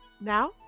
Now